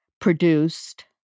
produced